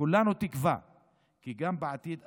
כולנו תקווה כי גם בעתיד,